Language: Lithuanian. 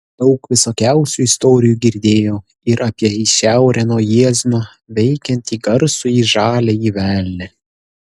daug visokiausių istorijų girdėjau ir apie į šiaurę nuo jiezno veikiantį garsųjį žaliąjį velnią